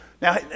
Now